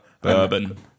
bourbon